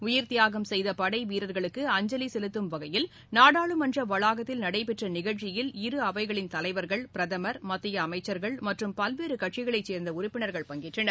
உயிர்த்தியாகம் செய்த படைவீரர்களுக்கு அஞ்சலி செலுத்தும் வகியல் நாடாளமன்ற வளாகத்தில் நடைபெற்ற நிகழ்ச்சியில் இருஅவைகளின் தலைவர்கள் பிரதமர் மத்திய அமைச்சர்கள் மற்றும் பல்வேறு கட்சிகளை சேர்ந்த உறுப்பினர்கள் பங்கேற்றனர்